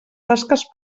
tasques